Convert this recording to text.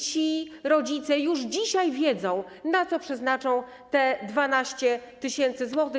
Ci rodzice już dzisiaj wiedzą, na co przeznaczą te 12 tys. zł.